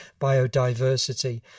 biodiversity